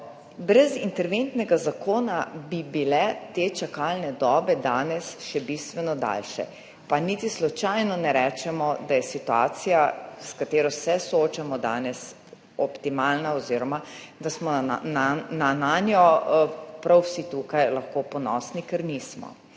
Brez interventnega zakona bi bile te čakalne dobe danes še bistveno daljše, pa niti slučajno ne rečemo, da je situacija, s katero se soočamo danes, optimalna oziroma da smo nanjo prav vsi tukaj lahko ponosni, ker nismo.